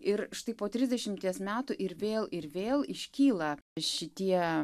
ir štai po trisdešimties metų ir vėl ir vėl iškyla šitie